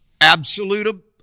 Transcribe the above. absolute